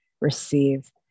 receive